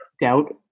doubt